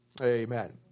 Amen